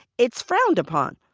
it's frowned upon.